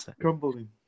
crumbling